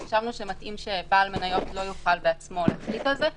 חשבנו שמתאים שבעל מניות לא יוכל בעצמו לפעול על פי הסעיף הזה.